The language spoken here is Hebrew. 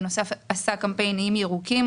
בנוסף, עשה קמפיינים ירוקים